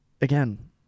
again